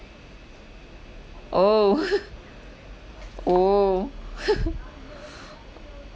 oh oh